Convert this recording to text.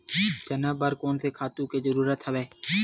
चना बर कोन से खातु के जरूरत हवय?